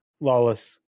lawless